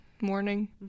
morning